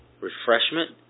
refreshment